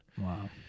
Wow